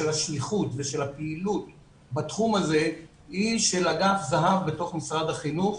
של השליחות ושל הפעילות בתחום הזה היא של אגף זה"ב במשרד החינוך.